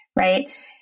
Right